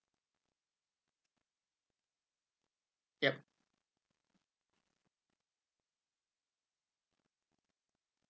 yup